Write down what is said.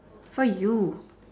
for you